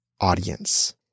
audience